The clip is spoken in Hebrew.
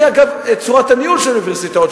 צורת הניהול של האוניברסיטאות,